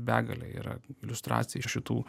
begalė yra iliustracijai šitų